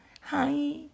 Hi